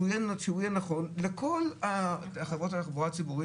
יהיה נכון לכל חברות התחבורה הציבורית,